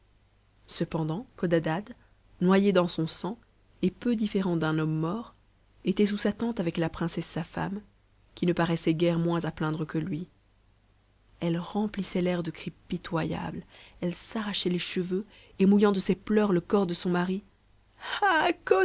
cependant codadad noyé dans son sang et peu diuérent d'un homme mort était sous sa tente avec la princesse sa femme qui ne paraissait guère moins à plaindre que lui elle remplissait l'air de cris pitoyames elle s'arrachait les cheveux et mouillant de ses pleurs le corps de son mari